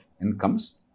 incomes